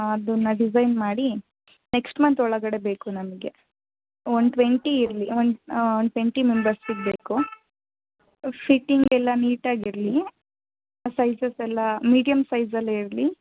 ಅದನ್ನ ಡಿಸೈನ್ ಮಾಡಿ next month ಒಳಗಡೆ ಬೇಕು ನಮಗೆ ಒಂದು ಟ್ವೆಂಟಿ ಇರಲಿ ಒಂದು ಟ್ವೆಂಟಿ ಮೆಂಬರ್ಸಿಗೆ ಬೇಕು ಫಿಟ್ಟಿಂಗ್ ಎಲ್ಲ ನೀಟಾಗಿ ಇರಲಿ ಸೈಜಸ್ ಎಲ್ಲ ಮಿಡಿಯಮ್ ಸೈಜಲ್ಲೆ ಇರಲಿ